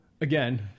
again